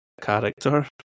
character